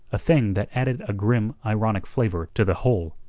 a thing that added a grim ironic flavour to the whole.